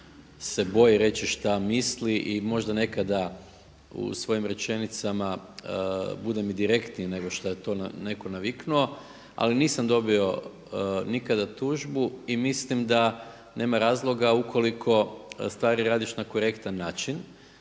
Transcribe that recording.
se boje reći šta misle i možda nekada u svojim rečenicama budem i direktniji nego što je to netko naviknuo ali nisam dobio nikada tužbu i mislim da nema razloga ukoliko stvari radiš na korektan način